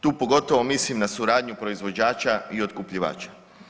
Tu pogotovo mislim na suradnju proizvođača i otkupljivača.